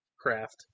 craft